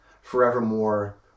forevermore